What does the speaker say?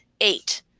eight